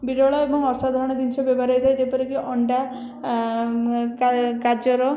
ବିରଳ ଏବଂ ଅସାଧାରଣ ଜିନିଷ ବ୍ୟବହାର ହେଇଥାଏ ଯେପରି କି ଅଣ୍ଡା ଗାଜର